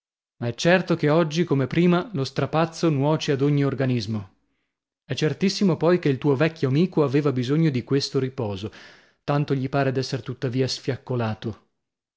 ma è certo che oggi come prima lo strapazzo nuoce ad ogni organismo e certissimo poi che il tuo vecchio amico aveva bisogno di questo riposo tanto gli pare d'esser tuttavia sfiaccolato